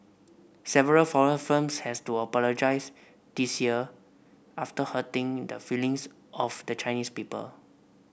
several foreign firms had to apologise this year after hurting the feelings of the Chinese people